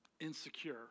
insecure